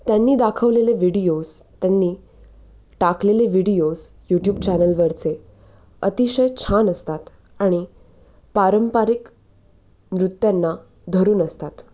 त्यांनी दाखवलेले व्हिडिओज त्यांनी टाकलेले व्हिडिओज यूट्यूब चॅनलवरचे अतिशय छान असतात आणि पारंपरिक नृत्यांना धरून असतात